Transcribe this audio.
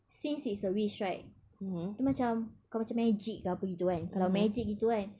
since it's a wish right dia macam bukan macam magic gitu kan kalau magic gitu kan